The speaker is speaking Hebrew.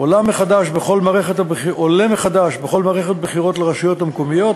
עולה מחדש בכל מערכת בחירות לרשויות המקומיות